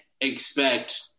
expect